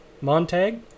Montag